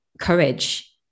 courage